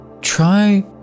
try